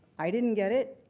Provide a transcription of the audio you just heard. i didn't get it.